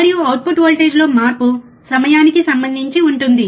మరియు అవుట్పుట్ వోల్టేజ్లో మార్పు సమయానికి సంబంధించి ఉంటుంది